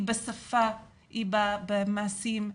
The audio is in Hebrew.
היא בשפה, היא במעשים.